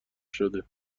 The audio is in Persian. شده